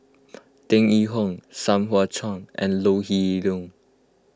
Tan Yee Hong Sai Hua Kuan and Ho Lee Ling